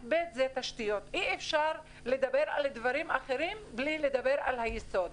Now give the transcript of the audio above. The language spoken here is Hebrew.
אי אפשר לדבר על דברים אחרים בלי לדבר על היסוד.